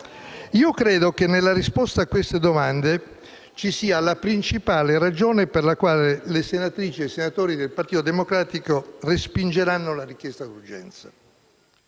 Io credo che nella risposta a queste domande ci sia la principale ragione per cui le senatrici e i senatori del Partito Democratico respingeranno la richiesta di urgenza...